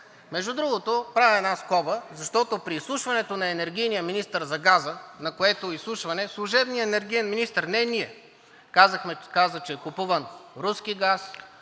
Между другото, правя една скоба, защото при изслушването на енергийния министър за газа, на което изслушване служебният енергиен министър – не ние, каза, че е купуван руски газ…